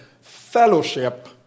fellowship